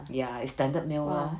ya it's standard meal lor